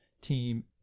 team